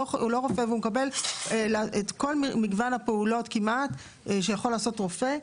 רופא והוא מקבל את כל מגוון הפעולות כמעט שיכול לעשות רופא.